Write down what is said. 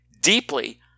deeply